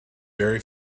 very